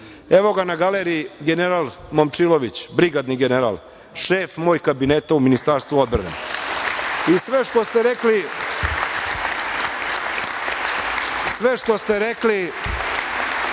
Evo ga na galeriji general Momčilović, brigadni general, šef moj kabineta u Ministarstvu odbrane. I sve što ste rekli je taman toliko